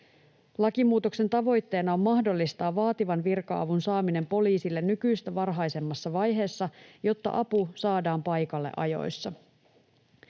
Lakimuutoksen tavoitteena on mahdollistaa vaativan virka-avun saaminen poliisille nykyistä varhaisemmassa vaiheessa, jotta apu saadaan paikalle ajoissa.